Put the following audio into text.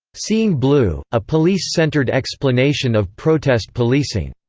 seeing blue a police-centered explanation of protest policing.